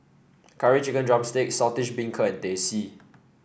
Curry Chicken drumstick Saltish Beancurd and Teh C